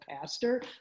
pastor